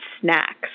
snacks